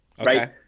right